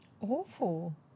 Awful